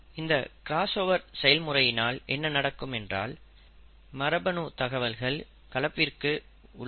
இந்த கிராஸ்ஓவர் செயல்முறையினால் என்ன நடக்கும் என்றால் மரபணு தகவல்களில் கலப்பிற்கு உள்ளாகும்